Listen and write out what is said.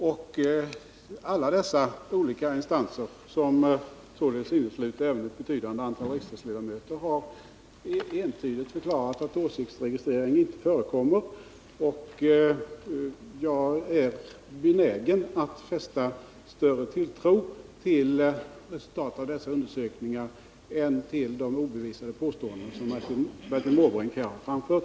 Och alla dessa olika instanser, som således innesluter ett betydande antal riksdagsledamöter, har entydigt förklarat att någon åsiktsregistrering inte förekommer. Jag är benägen att fästa större tilltro till resultatet av dessa undersökningar än till de obevisade påståenden som Bertil Måbrink här har framfört.